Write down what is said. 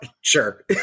Sure